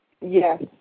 Yes